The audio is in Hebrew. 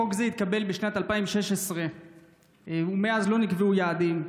חוק זה התקבל בשנת 2016 ומאז לא נקבעו יעדים.